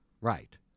Right